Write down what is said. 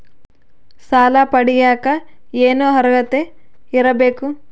ಸಾಲ ಪಡಿಯಕ ಏನು ಅರ್ಹತೆ ಇರಬೇಕು?